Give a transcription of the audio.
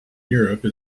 europe